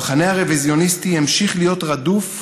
המחנה הרוויזיוניסטי המשיך להיות רדוף,